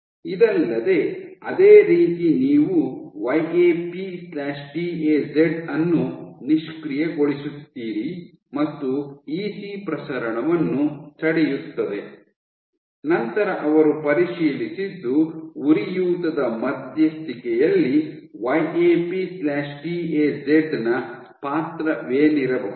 ಇದಲ್ಲದೆ ಅದೇ ರೀತಿ ನೀವು Y A P T A Z ಅನ್ನು ನಿಷ್ಕ್ರಿಯಗೊಳಿಸುತ್ತೀರಿ ಮತ್ತು ಇಸಿ ಪ್ರಸರಣವನ್ನು ತಡೆಯುತ್ತದೆ ನಂತರ ಅವರು ಪರಿಶೀಲಿಸಿದ್ದು ಉರಿಯೂತದ ಮಧ್ಯಸ್ಥಿಕೆಯಲ್ಲಿ Y A P T A Z ನ ಪಾತ್ರವೇನಿರಬಹುದು